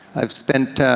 i've spent,